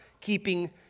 keeping